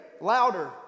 louder